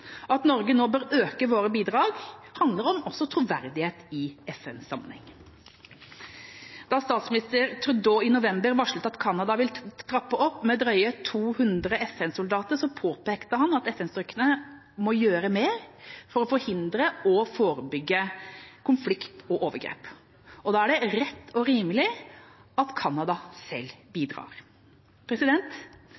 At Norge nå bør øke sine bidrag, handler også om troverdighet i FN-sammenheng. Da statsminister Trudeau i november varslet at Canada vil trappe opp med drøye 200 FN-soldater, påpekte han at FN-styrkene må gjøre mer for å forhindre og forebygge konflikt og overgrep, og da er det rett og rimelig at Canada selv